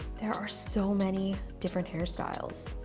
there are so many different hairstyles.